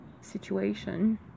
situation